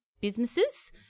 businesses